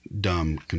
dumb